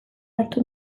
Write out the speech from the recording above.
hartu